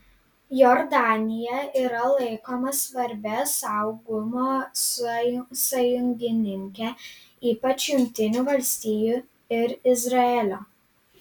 jordanija yra laikoma svarbia saugumo sąjungininke ypač jungtinių valstijų ir izraelio